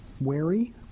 wary